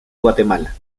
guatemala